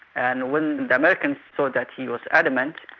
and when the americans saw that he was adamant,